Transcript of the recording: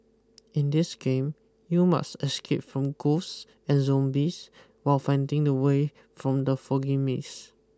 in this game you must escape from ghosts and zombies while finding the way from the foggy maze